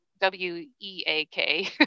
W-E-A-K